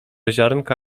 ziarnka